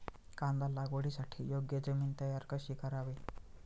कांदा लागवडीसाठी योग्य जमीन तयार कशी करावी?